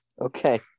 Okay